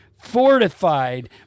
fortified